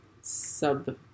sub